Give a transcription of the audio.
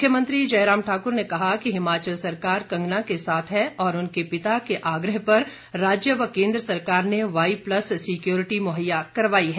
मुख्यमंत्री जयराम ठाक्र ने कहा कि हिमाचल सरकार कंगना के साथ है और उनके पिता के आग्रह पर राज्य व केन्द्र सरकार ने वाई प्लस सिक्योरिटी मुहैया करवाई गई है